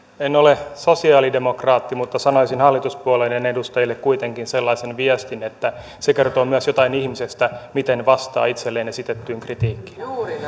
en ole sosialidemokraatti mutta sanoisin hallituspuolueiden edustajille kuitenkin sellaisen viestin että se kertoo myös jotain ihmisestä miten vastaa itselleen esitettyyn kritiikkiin